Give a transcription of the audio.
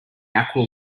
aqua